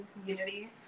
community